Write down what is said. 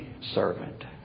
servant